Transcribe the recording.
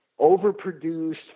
overproduced